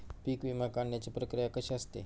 पीक विमा काढण्याची प्रक्रिया कशी असते?